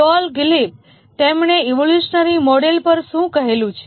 Tom Gilb તેમણે evolutionary model પર શું કહેલું છે